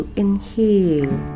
inhale